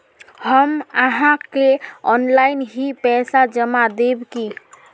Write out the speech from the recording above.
हम आहाँ के ऑनलाइन ही पैसा जमा देब की?